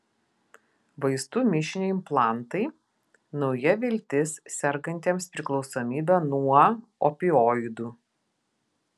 vaistų mišinio implantai nauja viltis sergantiems priklausomybe nuo opioidų